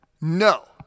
no